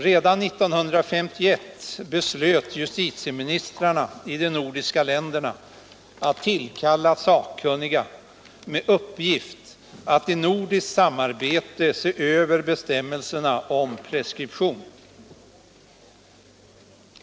Redan 1951 beslöt justitieministrarna i de nordiska länderna att tillkalla sakkunniga med uppgift att i nordiskt samarbete se över bestämmelserna om preskription.